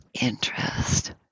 interest